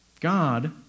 God